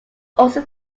also